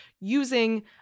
using